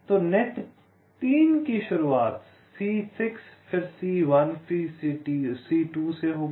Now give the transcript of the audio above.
तो नेट 3 की शुरुआत C6 फिर C1 फिर C2 से होगी